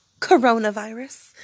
coronavirus